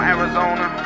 Arizona